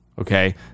Okay